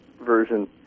version